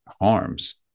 harms